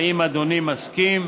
האם אדוני מסכים?